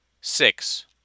Six